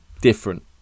different